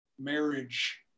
marriage